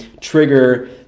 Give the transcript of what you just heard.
trigger